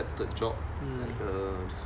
mm